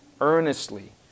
earnestly